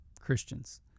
Christians